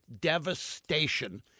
devastation